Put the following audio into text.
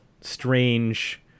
strange